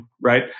right